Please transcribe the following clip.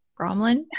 Gromlin